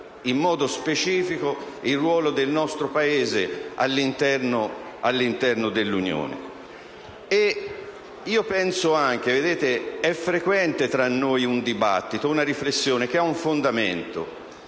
in modo specifico il ruolo del nostro Paese all'interno dell'Unione. È frequente tra noi un dibattito e una riflessione che hanno un fondamento.